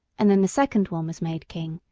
and then the second one was made king,